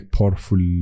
Powerful